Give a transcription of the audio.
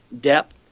Depth